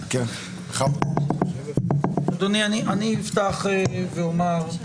מכיוון שאני נמצא בוועדה